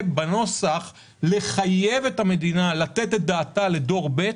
בנוסח לחייב את המדינה לתת את דעתה לדור ב'